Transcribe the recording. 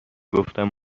گفتم